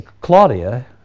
Claudia